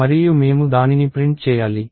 మరియు మేము దానిని ప్రింట్ చేయాలి